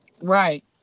Right